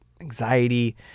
anxiety